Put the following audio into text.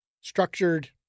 structured